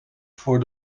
voor